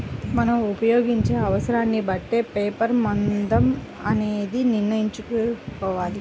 మనం ఉపయోగించే అవసరాన్ని బట్టే పేపర్ మందం అనేది నిర్ణయించుకోవాలి